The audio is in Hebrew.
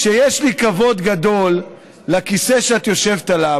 שיש לי כבוד גדול לכיסא שאת יושבת עליו,